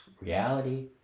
reality